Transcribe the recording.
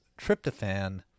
tryptophan